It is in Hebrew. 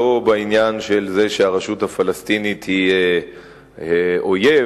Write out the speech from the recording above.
לא בעניין זה שהרשות הפלסטינית היא אויב,